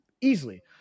easily